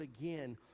again